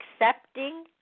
accepting